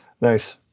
nice